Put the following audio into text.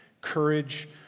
courage